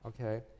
okay